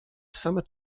summer